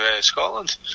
Scotland